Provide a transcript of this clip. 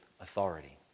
authority